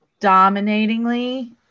dominatingly